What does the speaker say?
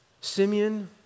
Simeon